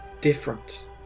different